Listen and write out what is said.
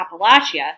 Appalachia